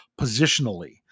positionally